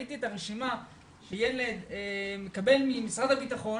שילד מקבל ממשרד הביטחון,